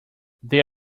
there